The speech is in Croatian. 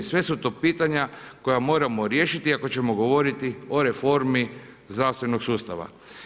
Sve su to pitanja koja moramo riješiti ako ćemo govoriti o reformi zdravstvenog sustava.